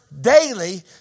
daily